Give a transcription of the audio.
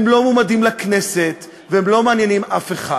הם לא מועמדים לכנסת, והם לא מעניינים אף אחד.